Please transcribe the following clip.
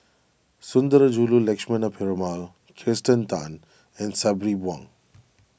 Sundarajulu Lakshmana Perumal Kirsten Tan and Sabri Buang